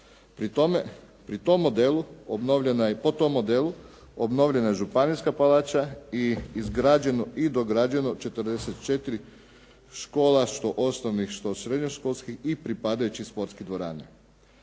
Po tom modelu obnovljena je Županijska palača i izgrađeno i dograđeno 44 škola, što osnovnih, što srednjoškolskih i pripadajuće sportske dvorane.